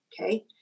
Okay